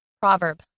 Proverb